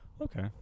okay